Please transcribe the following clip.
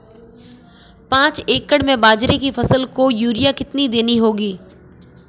पांच एकड़ में बाजरे की फसल को यूरिया कितनी देनी होगी?